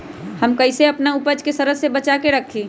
हम कईसे अपना उपज के सरद से बचा के रखी?